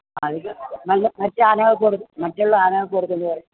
അതൊക്കെ നല്ല മറ്റ് ആനകൾക്ക് മറ്റുള്ള ആനകൾക്ക് കൊടുക്കുന്നത് പോലെ